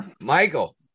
Michael